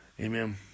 Amen